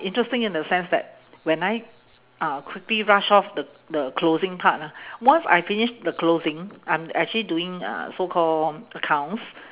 interesting in the sense that when I uh quickly rush off the the closing part ah once I finish the closing I'm actually doing uh so call accounts